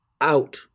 out